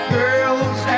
girls